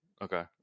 Okay